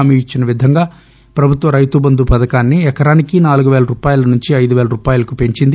హామీ ఇచ్చిన విధంగా ప్రభుత్వం రైతు బంధు పథకాన్ని ఎకరానికి నాలుగుపేల రూపాయల నుంచి ఐదుపేల రూపాయలకు పెంచింది